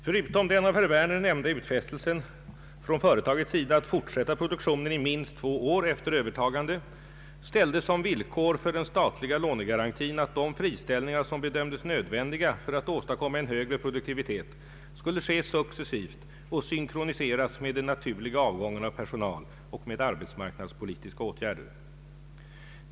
Förutom den av herr Werner nämnda utfästelsen från företagets sida att fortsätta produktionen i minst två år efter övertagande ställdes som villkor för den statliga lånegarantin att de friställningar som bedömdes nödvändiga för att åstadkomma en högre produktivitet skulle ske successivt och synkroniseras med den naturliga avgången av personal och med arbetsmarknadspolitiska åtgärder.